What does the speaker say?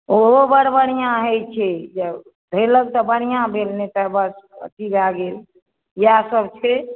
ओहो बड़ बढ़िआँ होइत छै भेल तऽ बढ़िआँ भेल नहि तऽ बस अथी भए गेल इएहसभ छै